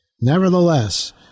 nevertheless